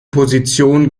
position